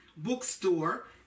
bookstore